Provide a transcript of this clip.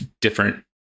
different